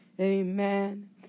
amen